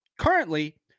currently